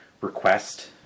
request